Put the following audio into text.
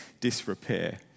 disrepair